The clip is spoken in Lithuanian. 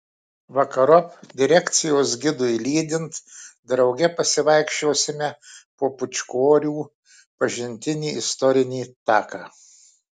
vakarop direkcijos gidui lydint drauge pasivaikščiosime po pūčkorių pažintinį istorinį taką